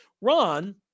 Ron